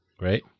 Right